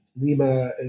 Lima